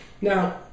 Now